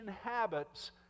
habits